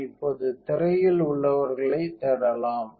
நாம் இப்போது திரையில் உள்ளவர்களைத் தேடலாம்